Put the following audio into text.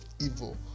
evil